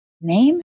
Name